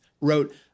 wrote